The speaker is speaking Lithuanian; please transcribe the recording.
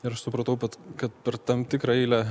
ir aš supratau kad per tam tikrą eilę